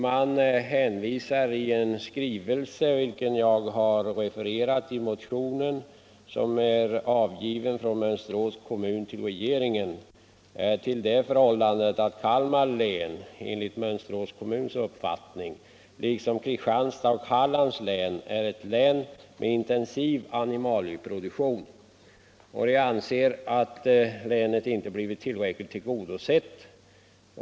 Vi har i motionen refererat en skrivelse från Mönsterås kommun till regeringen, där det bl.a. heter: ”Kalmar är, liksom Kristianstads och Hallands län, ett län där en intensiv animalieproduktion bedrives. ——-- Vi anser att Kalmar län ej blivit tillräckligt tillgodosett.